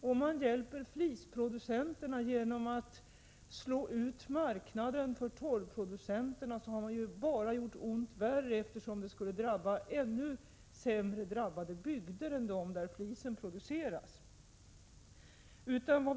Om man hjälper flisproducenterna genom att slå ut marknaden för torvproducenterna har man bara gjort ont värre, eftersom det skulle drabba bygder som är ännu hårdare drabbade än de bygder där flisen produceras.